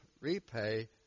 repay